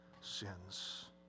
sins